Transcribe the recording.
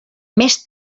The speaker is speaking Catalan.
més